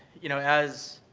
you know, as,